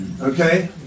Okay